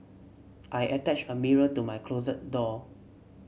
I attached a mirror to my closet door